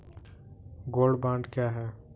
Gold bond क्या है?